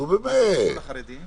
נו באמת, רק חרדים.